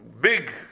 big